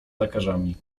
lekarzami